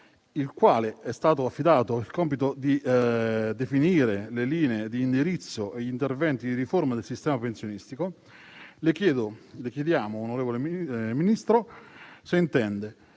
al quale è stato affidato il compito di definire le linee di indirizzo e gli interventi di riforma del sistema pensionistico, le chiediamo, onorevole Ministro: se intende